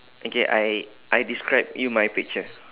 okay I I describe you my picture